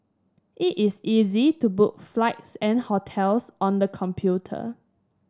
it is easy to book flights and hotels on the computer